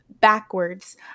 backwards